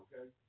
Okay